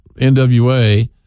NWA